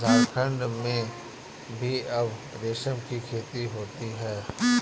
झारखण्ड में भी अब रेशम की खेती होती है